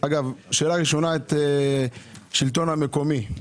שאלה ראשונה מופנית לשלטון המקומי.